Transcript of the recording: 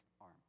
arm